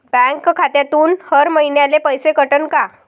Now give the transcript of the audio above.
Bank खात्यातून हर महिन्याले पैसे कटन का?